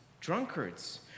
drunkards